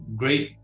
great